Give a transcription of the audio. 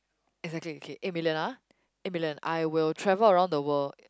exactly okay eight million ah eight million I will travel around the world